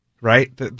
right